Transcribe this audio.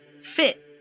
fit